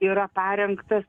yra parengtas